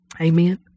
Amen